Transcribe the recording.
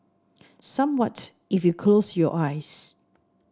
somewhat if you close your eyes